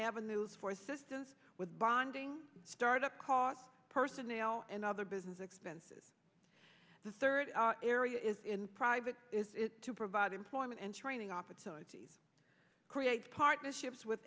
avenues for sistas with bonding startup costs personnel and other business expenses the third area is in private to provide employment and training opportunities create partnerships with